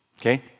Okay